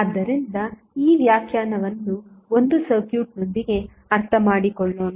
ಆದ್ದರಿಂದ ಈ ವ್ಯಾಖ್ಯಾನವನ್ನು ಒಂದು ಸರ್ಕ್ಯೂಟ್ನೊಂದಿಗೆ ಅರ್ಥಮಾಡಿಕೊಳ್ಳೋಣ